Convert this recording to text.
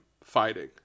fighting